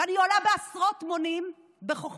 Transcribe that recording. ואני עולה בעשרות מונים בחוכמתי,